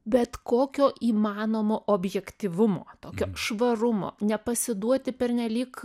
bet kokio įmanomo objektyvumo tokio švarumo nepasiduoti pernelyg